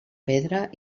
pedra